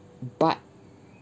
but